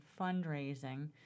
fundraising